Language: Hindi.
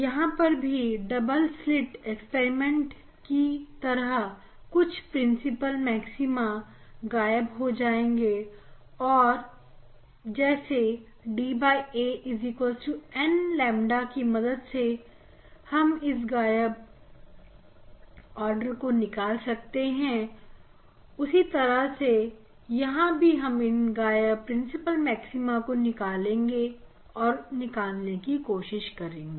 यहां पर भी डबल स्लिट एक्सपेरिमेंट की तरह कुछ प्रिंसिपल मैक्सिमा गायब होंगे और जैसे da n ƛ की मदद से हम यह गायब आर्डर निकाल सकते हैं उसी तरह यहां पर भी हम यह गायब प्रिंसिपल मैक्सिमा को निकालने की कोशिश करेंगे